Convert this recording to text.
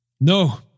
No